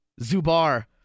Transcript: Zubar